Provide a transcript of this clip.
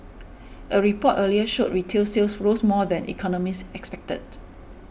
a report earlier showed retail sales rose more than economists expected